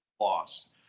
lost